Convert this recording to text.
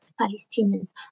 Palestinians